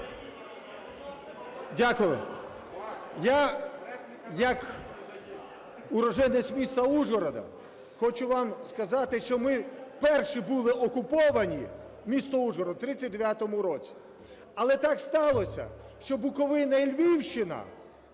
Дякую. Я як уродженець міста Ужгород хочу вам сказати, що ми перші були окуповані, місто Ужгород, в 39-му році. Але так сталося, що Буковина і Львівщина